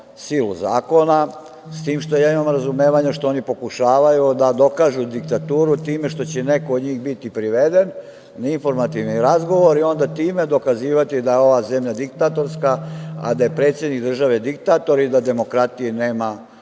silu zakona, s tim što ja imam razumevanja što oni pokušavaju da dokažu diktaturu time što će neko od njih biti priveden na informativni razgovor, i onda time dokazivati da je ova zemlja diktatorska, a da je predsednik države diktator i da demokratije nema